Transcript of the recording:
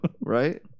right